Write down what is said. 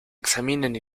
examinen